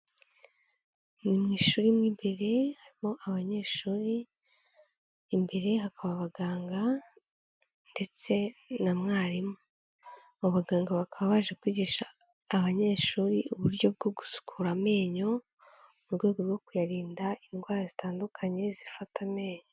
Ni mu ishuri mo imbere, harimo abanyeshuri, imbere hakaba abaganga, ndetse na mwarimu, abaganga bakaba baje kwigisha abanyeshuri uburyo bwo gukura amenyo, mu rwego rwo kuyarinda indwara zitandukanye zifata amenyo.